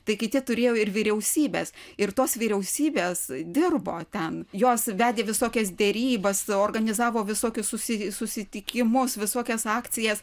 tai kiti turėjo ir vyriausybės ir tos vyriausybės dirbo ten jos vedė visokias derybas organizavo visokius susi susitikimus visokias akcijas